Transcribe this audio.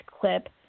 clip